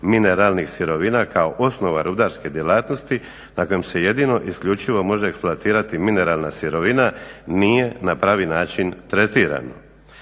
mineralnih sirovina kao osnova rudarske djelatnosti na kojem se jedino i isključivo može eksploatirati mineralna sirovina nije na pravi način tretirano.